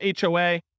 HOA